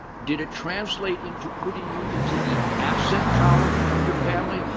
did it translate into putting you into the asset column of your family?